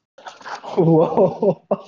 Whoa